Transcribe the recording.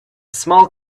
small